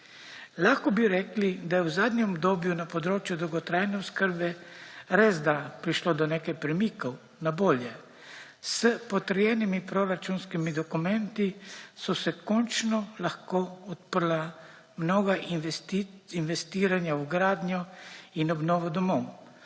Lahko bi rekli, da je v zadnjem obdobju na področju dolgotrajne oskrbe resda prišlo do nekaj premikov na bolje. S potrjenimi proračunskimi dokumenti so se končno lahko odprla mnoga investiranja v gradnjo in obnovo domov.